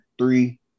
three